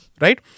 Right